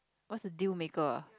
what's the dealmaker ah